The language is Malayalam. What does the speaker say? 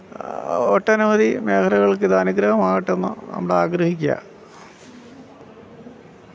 ഒട്ടനവധി മേഖലകൾക്ക് ഇത് അനുഗ്രഹം ആകട്ടെ എന്ന് നമ്മൾ ആഗ്രഹിക്കുകയാ